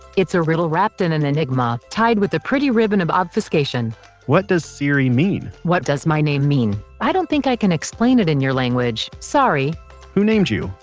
it's a riddle wrapped in an enigma, tied with a pretty ribbon of obfuscation what does siri mean? what does my name mean? i don't think i can explain it in your language. sorry who named you?